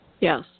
Yes